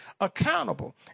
accountable